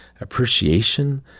appreciation